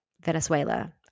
Venezuela